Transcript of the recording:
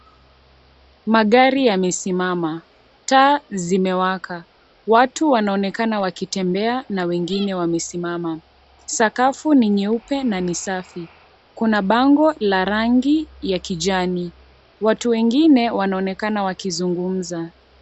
Magari yamesimama, taa zimewaka, watu wanaonekana wakitembea na wengine wamesimama. Sakafu ni nyeupe na ni safi, kuna bango la rangi ya kijani, watu wengine wanaonekana wakizungumza.